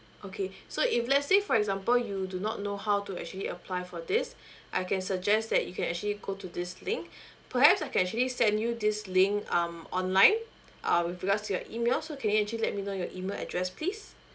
okay so if let's say for example you do not know how to actually apply for this I can suggest that you can actually go to this link perhaps I can actually send you this link um online uh with regards to your email so can you actually let me know your email address please